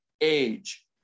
age